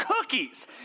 cookies